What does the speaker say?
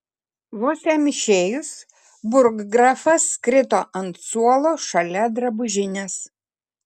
vos jam išėjus burggrafas krito ant suolo šalia drabužinės